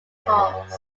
cause